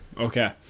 okay